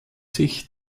sich